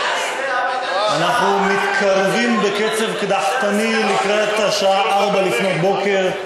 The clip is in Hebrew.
אנחנו מתקרבים בקצב קדחתני לקראת השעה ארבע לפנות בוקר,